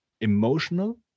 emotional